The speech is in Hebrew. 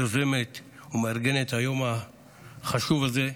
יוזמת ומארגנת היום החשוב הזה,